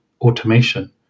automation